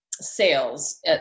sales